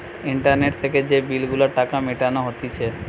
internet থেকে যে bill গুলার টাকা মিটানো হতিছে